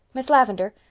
miss lavendar,